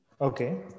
Okay